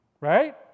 Right